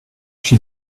she